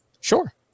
Sure